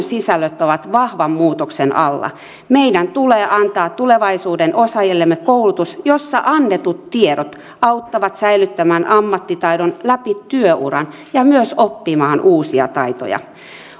sisällöt ovat vahvan muutoksen alla meidän tulee antaa tulevaisuuden osaajillemme koulutus jossa annetut tiedot auttavat säilyttämään ammattitaidon läpi työuran ja myös oppimaan uusia taitoja